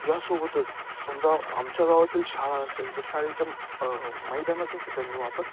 यासोबतच समजा आमच्या गावातील शाळा असेल तर शाळेच्या मैदानाचा सुद्धा मी वापर